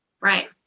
Right